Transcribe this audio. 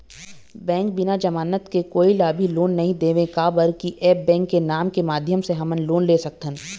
Bank बिना जमानत के कोई ला भी लोन नहीं देवे का बर की ऐप बैंक के नेम के माध्यम से हमन लोन ले सकथन?